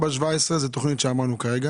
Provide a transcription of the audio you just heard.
4-17 זאת תוכנית שאמרנו עכשיו.